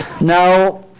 Now